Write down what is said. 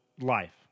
life